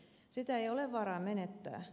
sitä ei ole varaa menettää